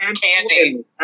candy